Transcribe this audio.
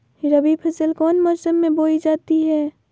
रबी फसल कौन मौसम में बोई जाती है?